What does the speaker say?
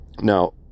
Now